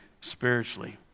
spiritually